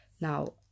Now